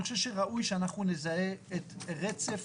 אני חושב שראוי שאנחנו נזהה את רצף